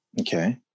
Okay